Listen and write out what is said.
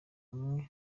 ubumwe